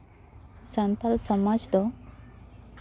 ᱥᱟᱱᱛᱟᱞ ᱥᱚᱢᱟᱡᱽ ᱫᱚ